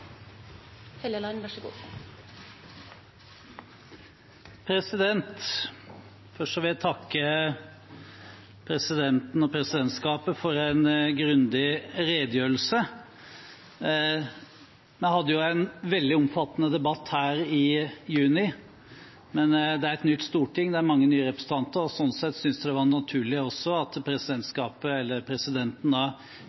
Først vil jeg takke presidenten og presidentskapet for en grundig redegjørelse. Vi hadde jo en veldig omfattende debatt her i juni, men det er et nytt storting og mange nye representanter, og slik sett synes jeg det var naturlig at